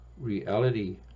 reality